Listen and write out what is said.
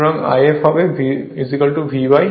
সুতরাং If হবে V Rf Rf